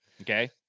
okay